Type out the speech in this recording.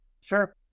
Sure